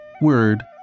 word